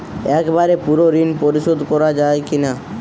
একবারে পুরো ঋণ পরিশোধ করা যায় কি না?